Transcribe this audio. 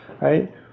right